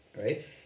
right